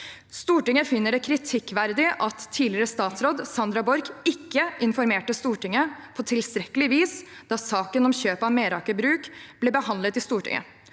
«Stortinget finner det kritikkverdig at tidligere statsråd Sandra Borch ikke informerte Stortinget på tilstrekkelig vis da saken om kjøpet av Meraker Brug ble behandlet i Stortinget,